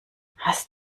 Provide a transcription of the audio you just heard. hast